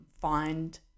find